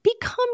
become